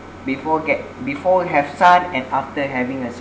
before get before we have son and after having a son